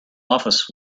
office